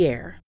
Air